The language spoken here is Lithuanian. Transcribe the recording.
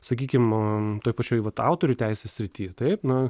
sakykim toj pačioj vat autorių teisių srity taip na